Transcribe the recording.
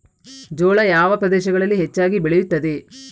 ಜೋಳ ಯಾವ ಪ್ರದೇಶಗಳಲ್ಲಿ ಹೆಚ್ಚಾಗಿ ಬೆಳೆಯುತ್ತದೆ?